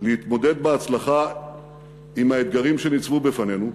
להתמודד בהצלחה עם האתגרים שניצבו בפנינו,